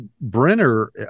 Brenner